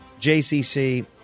JCC